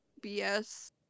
BS